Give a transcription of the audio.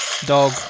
dog